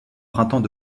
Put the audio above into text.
printemps